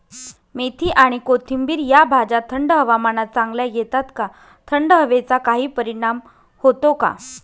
मेथी आणि कोथिंबिर या भाज्या थंड हवामानात चांगल्या येतात का? थंड हवेचा काही परिणाम होतो का?